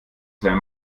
seine